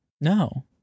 No